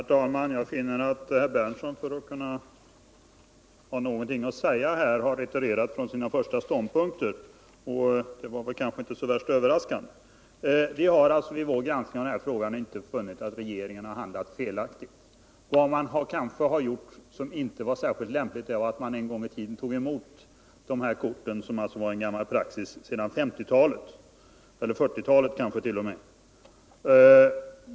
Herr talman! Jag finner att herr Berndtson, för att ha någonting att säga, har retirerat från sina tidigare ståndpunkter. Men det kanske inte är så överraskande. Vi har vid vår granskning av denna fråga inte funnit att regeringen handlat felaktigt. Vad man har gjort som kanske inte var särskilt lämpligt, det var att man en gång i tiden tog emot de här korten —- innehavet av dem har ju varit en gammal praxis sedan 1950-talet, eller kansket.o.m.